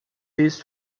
these